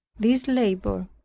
this labor,